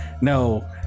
No